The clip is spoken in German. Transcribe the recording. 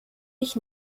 ich